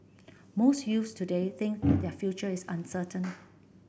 most youths today think that their future is uncertain